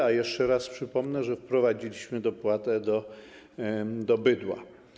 A jeszcze raz przypomnę, że wprowadziliśmy dopłatę do bydła.